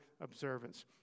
observance